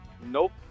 Nope